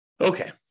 Okay